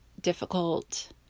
difficult